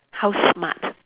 how smart